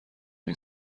این